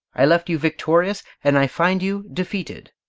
i left you victorious and i find you defeated.